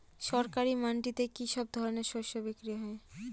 সরকারি মান্ডিতে কি সব ধরনের শস্য বিক্রি হয়?